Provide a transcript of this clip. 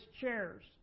chairs